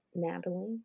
Natalie